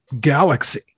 galaxy